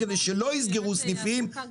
ביאליק 10. יש שם את הבינלאומי,